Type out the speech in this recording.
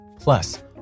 Plus